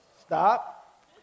Stop